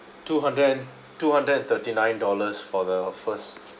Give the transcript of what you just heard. two hundred and two hundred and thirty-nine dollars for the first